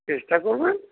চেষ্টা করবেন